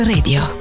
Radio